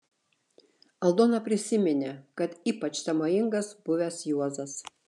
aldona prisiminė kad ypač sąmojingas buvęs juozas